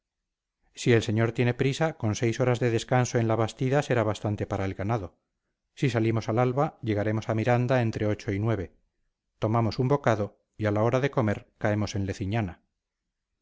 si el señor tiene prisa con seis horas de descanso en la bastida será bastante para el ganado si salimos al alba llegaremos a miranda entre ocho y nueve tomamos un bocado y a la hora de comer caemos en